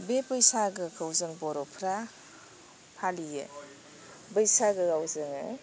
बे बैसागोखौ जों बर'फ्रा फालियो बैसागोआव जोङो